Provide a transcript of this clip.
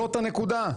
זאת הנקודה.